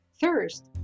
thirst